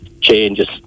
changes